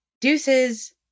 Deuces